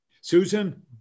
Susan